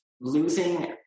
losing